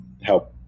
help